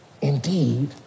indeed